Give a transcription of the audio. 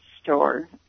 store